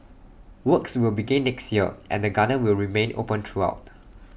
works will begin next year and the garden will remain open throughout